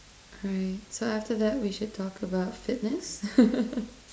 right so after that we should talk about fitness